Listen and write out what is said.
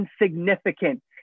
insignificant